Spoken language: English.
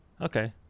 Okay